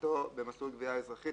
לגבותו במסלול גבייה אזרחי,